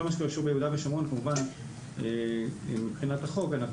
כל מה שקשור ביהודה ושומרון כמובן מבחינת החוק אנחנו